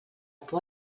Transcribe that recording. por